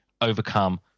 overcome